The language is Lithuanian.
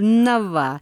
na va